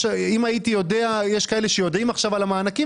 אם הייתי יודע יש כאלה שיודעים עכשיו על המענקים